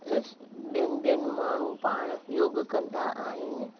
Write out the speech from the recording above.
ॿियनि ॿियनि माण्हू पाण योगु कंदा आहिनि